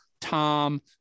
Tom